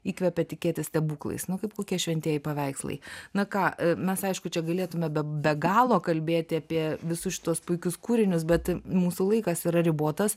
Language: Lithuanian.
įkvepia tikėti stebuklais nu kaip kokie šventieji paveikslai na ką mes aišku čia galėtume be be galo kalbėti apie visus šituos puikius kūrinius bet mūsų laikas yra ribotas